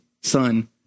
son